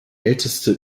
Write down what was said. älteste